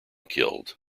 killed